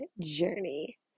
journey